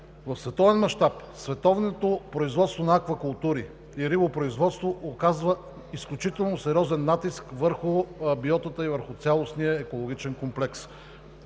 В световен мащаб световното производство на аквакултури и рибопроизводство оказва изключително сериозен натиск върху биотата и цялостния екологичен комплекс.